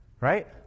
Right